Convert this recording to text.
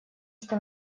что